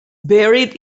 buried